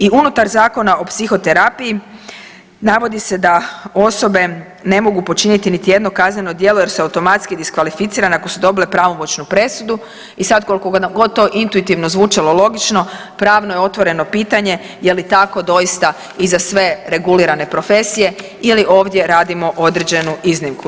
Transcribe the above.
I unutar Zakona o psihoterapiji navodi se da osobe ne mogu počiniti niti jedno kazneno djelo jer su automatski diskvalificirane ako su dobile pravomoćnu presudu i sad kolko god to intuitivno zvučalo logično pravno je otvoreno pitanje je li tako doista i za sve regulirane profesije ili ovdje radimo određenu iznimku.